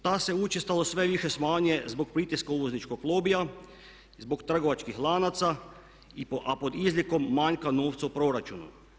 Ta se učestalost sve više smanjuje zbog pritiska uvozničkog lobija, zbog trgovačkih lanaca a pod izlikom manjka novca u proračunu.